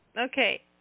Okay